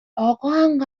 آقاهم